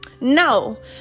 No